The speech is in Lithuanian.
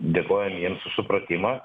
dėkojam jiems už supratimą